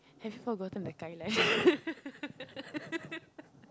have you forgotten the guideline